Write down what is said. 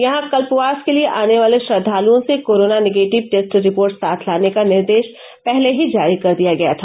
यहां कल्पवास के लिए आने वाले श्रद्वालुओं से कोरोना निगेटिव टेस्ट रिर्पाट साथ लाने का निर्देश पहले ही जारी कर दिया गया था